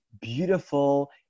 beautiful